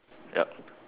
yup